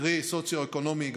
קרי סוציו-אקונומי גבוה,